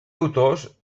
autors